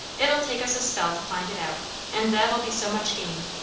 it'll take us a spell to find it out and that'll be so much gained.